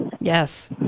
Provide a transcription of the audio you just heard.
Yes